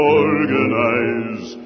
organize